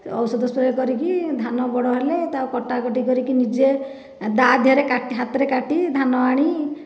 ଔଷଧ ସ୍ପ୍ରେ କରିକି ଧାନ ବଡ଼ ହେଲେ ତାକୁ କଟାକଟି କରିକି ନିଜେ ଦା ଦେହରେ ହାତରେ କାଟି ଧାନ ଆଣି